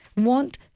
want